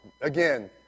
Again